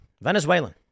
Venezuelan